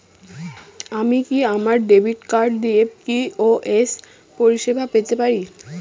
আমি কি আমার ডেবিট কার্ড দিয়ে পি.ও.এস পরিষেবা পেতে পারি?